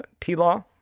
T-Law